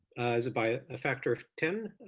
is it by a factor of ten?